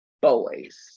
boys